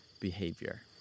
behavior